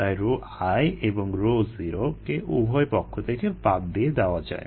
তাই 𝜌𝑖 এবং 𝜌𝑜 কে উভয়পক্ষ থেকে বাদ দিয়ে দেওয়া যায়